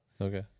Okay